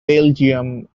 belgium